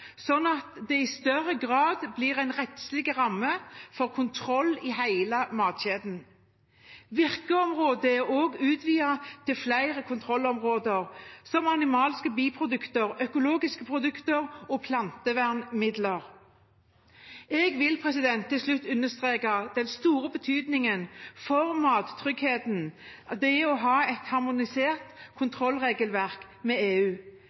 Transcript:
at det i større grad blir en rettslig ramme for kontroll i hele matkjeden. Virkeområdet er også utvidet til flere kontrollområder, som animalske biprodukter, økologiske produkter og plantevernmidler. Jeg vil til slutt understreke den store betydningen det har for mattryggheten å ha et harmonisert kontrollregelverk med EU.